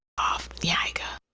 off, yeah nyigga.